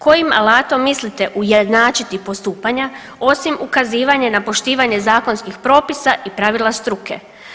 Kojim alatom mislite ujednačiti postupanja osim ukazivanje na poštivanje zakonskih propisa i pravila struke?